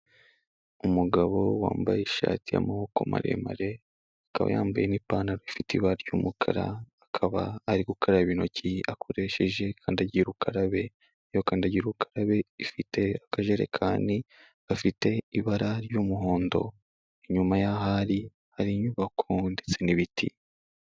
Umugabo wambaye ishati y'amaboko maremare akaba yambaye n'ipantaro ifite ibara ry'umukara, akaba ari gukaraba intoki akoresheje kandagira ukarabe, iyo kandagira ukarabe ifite akajerekani gafite ibara ry'umuhondo, inyuma y'aho ari hari inyubako ndetse n'ibiti.